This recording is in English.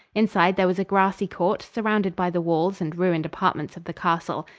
inside there was a grassy court, surrounded by the walls and ruined apartments of the castle.